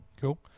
cool